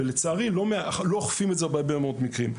לצערי, לא אוכפים את זה בהרבה מאוד מקרים.